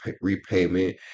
repayment